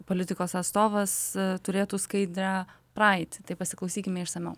politikos atstovas turėtų skaidrią praeitį tai pasiklausykime išsamiau